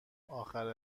آخر